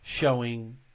showing